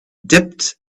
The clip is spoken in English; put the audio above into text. dipped